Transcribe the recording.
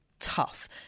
tough